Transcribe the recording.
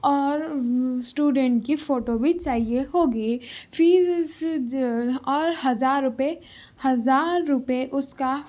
اور اسٹوڈنٹ کی فوٹو بھی چاہیے ہوگی فیس اور ہزار روپے ہزار روپے اس کا